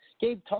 Gabe